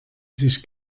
sich